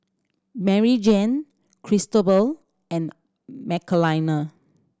Maryjane Cristobal and Michelina